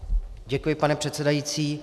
Děkuji, pane předsedající.